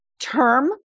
term